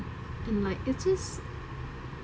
and like it's just